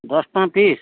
ଦଶ ଟଙ୍କା ପିସ